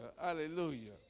hallelujah